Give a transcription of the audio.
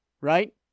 right